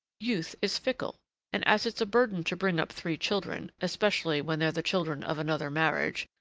youth is fickle and as it's a burden to bring up three children, especially when they're the children of another marriage,